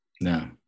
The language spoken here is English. No